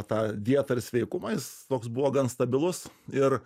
tą dietą ir sveikumą jis toks buvo gan stabilus ir